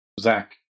Zach